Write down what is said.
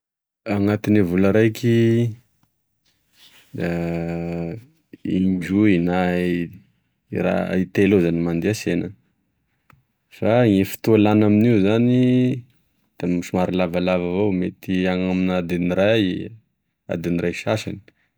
Anatigne vola raiky da indroy na raha itelo eo zany mandeha e sena fa e fotoa lany aminio zany da somary lavalava avao mety any amina adin'iray adin'iray sasany.